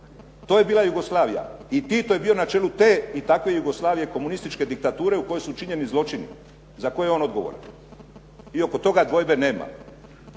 To je bila Jugoslavija i Tito je bio na čelu te i takve Jugoslavije, komunističke diktature u kojoj su činjeni zločini za koje je odgovoran. I oko toga dvojbe nema.